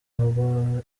haba